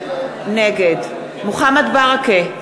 נגד מוחמד ברכה,